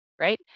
right